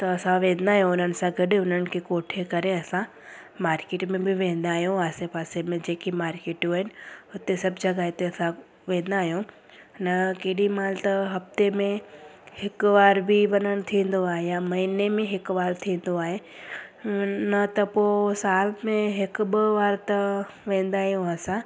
त असां वेंदा आहियूं उन्हनि सां गॾु उन्हनि खे कोठे करे असां मार्केट में बि वेंदा आहियूं आसे पासे में जेकी मार्केटूं आहिनि हुते सभ जॻह ते असां वेंदा आहियूं अना केॾी महिल त हफ़्ते में हिक वार बि वञणु थींदो आहे या महीने में हिकु बार थींदो आहे न त पोइ साल में हिकु ॿ बार त वेंदा ई आहियूं असां